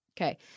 Okay